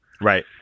Right